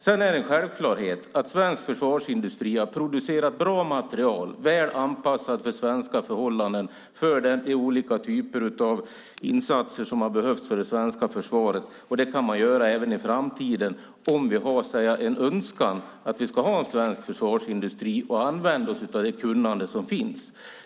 Det är en självklarhet att svensk försvarsindustri har producerat bra materiel, väl anpassad för svenska förhållanden för olika typer av insatser som har behövts för det svenska försvaret. Det kan man göra även i framtiden, om vi har en önskan att vi ska ha en svensk försvarsindustri och använda oss av det kunnande som finns.